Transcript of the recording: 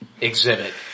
Exhibit